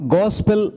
gospel